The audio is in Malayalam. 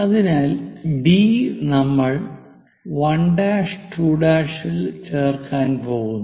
അതിനാൽ ഡി നമ്മൾ 1' 2' ൽ ചേർക്കാൻ പോകുന്നു